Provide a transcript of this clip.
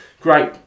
great